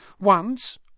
Once